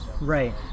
Right